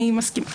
אני מסכימה.